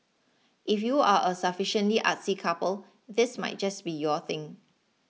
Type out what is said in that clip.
if you are a sufficiently artsy couple this might just be your thing